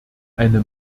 eine